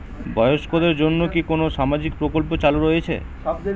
বয়স্কদের জন্য কি কোন সামাজিক প্রকল্প চালু রয়েছে?